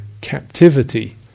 captivity